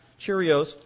Cheerios